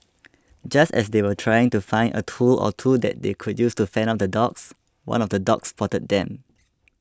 just as they were trying to find a tool or two that they could use to fend off the dogs one of the dogs spotted them